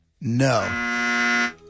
No